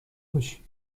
باشی